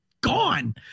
gone